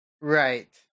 Right